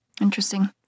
Interesting